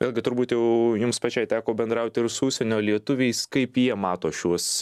vėlgi turbūt jau jums pačiai teko bendrauti ir su užsienio lietuviais kaip jie mato šiuos